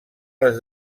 les